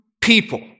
people